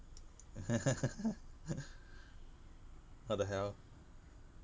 what the hell